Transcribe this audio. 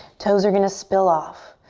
toes are gonna spill off.